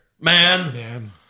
man